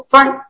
Fine